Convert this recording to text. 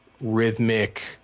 rhythmic